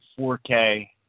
4K